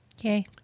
Okay